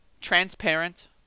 transparent